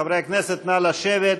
חברי הכנסת, נא לשבת.